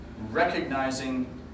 recognizing